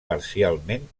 parcialment